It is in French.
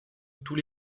tous